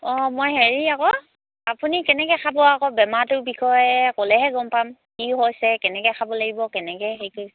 অঁ মই হেৰি আকৌ আপুনি কেনেকৈ খাব আকৌ বেমাৰটোৰ বিষয়ে ক'লেহে গম পাম কি হৈছে কেনেকৈ খাব লাগিব কেনেকৈ হেৰি কৰিব